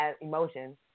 emotions